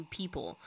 people